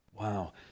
wow